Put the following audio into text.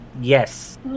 Yes